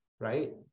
right